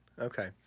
Okay